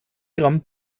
gramm